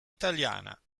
italiana